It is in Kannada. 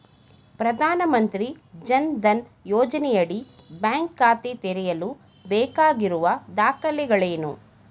ಪ್ರಧಾನಮಂತ್ರಿ ಜನ್ ಧನ್ ಯೋಜನೆಯಡಿ ಬ್ಯಾಂಕ್ ಖಾತೆ ತೆರೆಯಲು ಬೇಕಾಗಿರುವ ದಾಖಲೆಗಳೇನು?